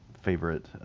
favorite